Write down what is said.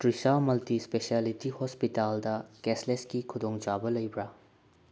Trisha multi speciality ꯍꯣꯁꯄꯤꯇꯥꯜꯗ ꯀꯦꯁꯂꯦꯁꯀꯤ ꯈꯨꯗꯣꯡ ꯆꯥꯕ ꯂꯩꯕ꯭ꯔꯥ